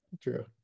True